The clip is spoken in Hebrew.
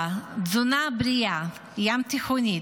דבר רביעי, תזונה בריאה, ים תיכונית,